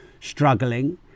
struggling